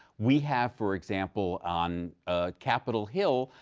we have, for example, on ah capitol hill,